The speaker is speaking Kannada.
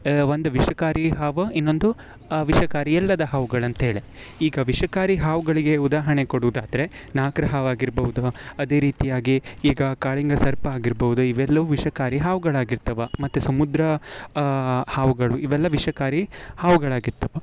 ಒಂದು ವಿಷಕಾರಿ ಹಾವು ಇನ್ನೊಂದು ವಿಷಕಾರಿ ಅಲ್ಲದ ಹಾವುಗಳು ಅಂಥೇಳಿ ಈಗ ವಿಷಕಾರಿ ಹಾವುಗಳಿಗೆ ಉದಾಹರಣೆ ಕೊಡುವುದಾದ್ರೆ ನಾಗರ ಹಾವಾಗಿರ್ಬಹುದು ಅದೇ ರೀತಿಯಾಗಿ ಈಗ ಕಾಳಿಂಗ ಸರ್ಪ ಆಗಿರ್ಬಹುದು ಇವೆಲ್ಲವೂ ವಿಷಕಾರಿ ಹಾವುಗಳಾಗಿರ್ತವೆ ಮತ್ತು ಸಮುದ್ರ ಹಾವುಗಳು ಇವೆಲ್ಲ ವಿಷಕಾರಿ ಹಾವುಗಳಾಗಿರ್ತವೆ